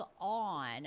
on